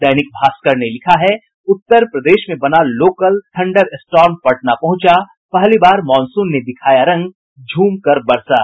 दैनिक भास्कर ने लिखा है उत्तर प्रदेश में बना लोकल थंडर स्टॉर्म पटना पहुंचा पहली बार मॉनसून ने दिखाया रंग झूम कर बरसा